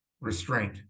restraint